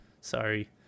sorry